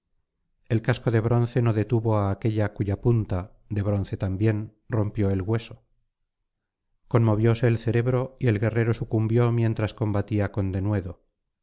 el casco de bronce no detuvo á aquélla cuya punta de bronce también rompió el hueso conmovióse el cerebro y el guerrero sucumbió mientras combatía con denuedo